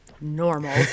normal